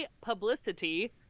publicity